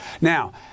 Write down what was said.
Now